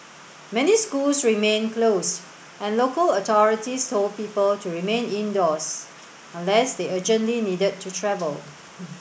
many schools remained closed and local authorities told people to remain indoors unless they urgently needed to travel